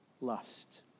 lust